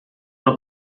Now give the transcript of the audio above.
não